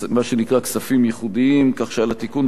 כך שעל תיקון הטעות בחוק התקציב יחולו גם כן